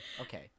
Okay